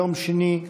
יום שני,